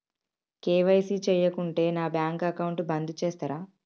KYC చేయకుంటే నా bank account బంద్ చేస్తరా?